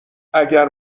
اگر